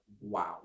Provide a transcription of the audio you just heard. wow